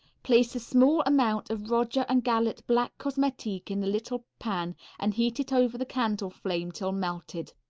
place a small amount of roger and gallet black cosmetique in the little pan and heat it over the candle flame till melted.